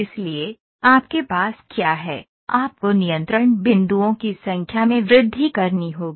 इसलिए आपके पास क्या है आपको नियंत्रण बिंदुओं की संख्या में वृद्धि करनी होगी